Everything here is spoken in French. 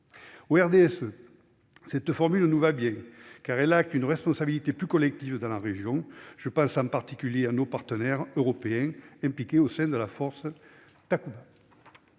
du RDSE, cette formule convient, car elle acte une responsabilité plus collective dans la région. Je pense en particulier à nos partenaires européens impliqués au sein de la force Takuba.